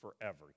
forever